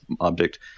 object